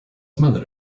mother